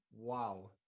Wow